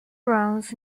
runs